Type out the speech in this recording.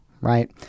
Right